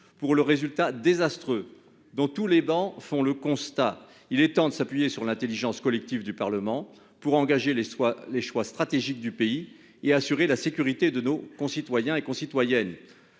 pour le résultat désastreux dont on fait le constat sur toutes ces travées. Il est temps de s'appuyer sur l'intelligence collective du Parlement pour engager les choix stratégiques du pays et assurer la sécurité de nos concitoyens. Nous ne